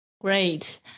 Great